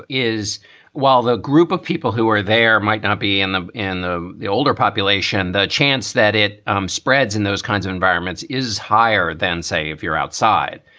is while the group of people who are there might not be in the in the the older population, the chance that it um spreads in those kinds of environments is higher than, say, if you're outside.